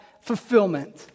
fulfillment